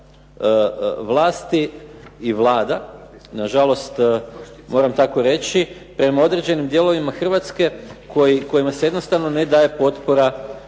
vlasti i vlada, na žalost moram tako reći, prema određenim dijelovima Hrvatska kojima se jednostavno ne daje potpora u